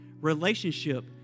relationship